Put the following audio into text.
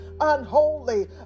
unholy